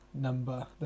Number